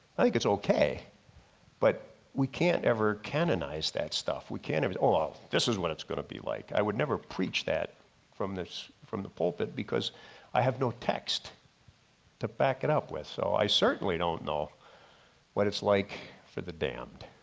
i think it's okay but we can't ever canonize that stuff. we can't even, ah this is what its gonna be like. i would never preached that from this from the pulpit because i have no text to back it up with. so i certainly don't know what it's like for the damned.